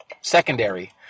Secondary